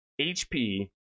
HP